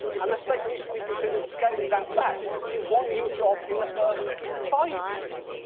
and the state recently considered scaling that back to one new job in the first five years.